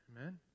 Amen